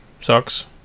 sucks